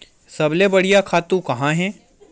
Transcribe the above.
सबले बढ़िया खातु का हे?